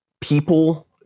people